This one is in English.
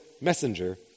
messenger